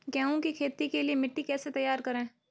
गेहूँ की खेती के लिए मिट्टी कैसे तैयार करें?